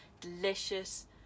delicious